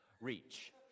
reach